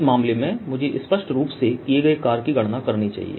इस मामले में मुझे स्पष्ट रूप से किए गए कार्य की गणना करनी चाहिए